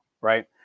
right